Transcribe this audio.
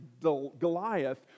Goliath